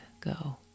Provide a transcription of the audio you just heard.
go